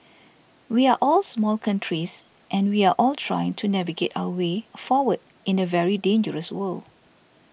we are all small countries and we are all trying to navigate our way forward in a very dangerous world